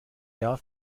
jahr